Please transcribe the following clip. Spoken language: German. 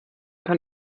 kann